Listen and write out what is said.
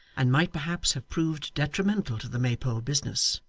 and might perhaps have proved detrimental to the maypole business.